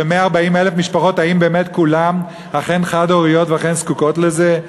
האם באמת כולן אכן חד-הוריות ואכן זקוקות לזה?